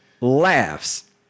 laughs